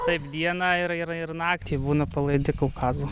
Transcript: taip dieną ir ir ir naktį būna palaidi kaukazo